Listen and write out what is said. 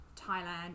Thailand